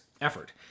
effort